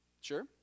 sure